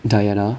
diana